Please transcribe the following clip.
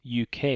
UK